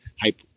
hype